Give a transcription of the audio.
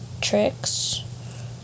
tricks